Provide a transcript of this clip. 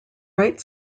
right